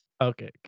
Okay